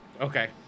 Okay